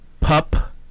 Pup